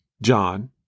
John